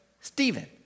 Stephen